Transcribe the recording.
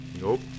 Nope